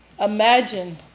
imagine